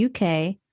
UK